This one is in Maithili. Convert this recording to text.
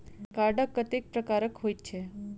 कार्ड कतेक प्रकारक होइत छैक?